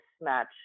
match